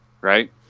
right